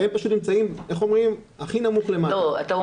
הם נמצאים הכי נמוך למטה.